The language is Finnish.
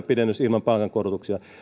pidennys ilman palkankorotuksia